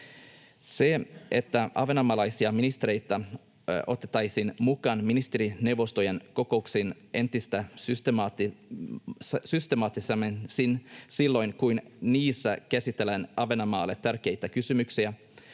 Se, että ahvenanmaalaisia ministereitä otettaisiin mukaan ministerineuvostojen kokouksiin entistä systemaattisemmin silloin, kun niissä käsitellään Ahvenanmaalle tärkeitä kysymyksiä,